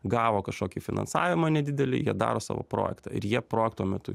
gavo kažkokį finansavimą nedidelį jie daro savo projektą ir jie projekto metu